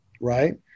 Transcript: right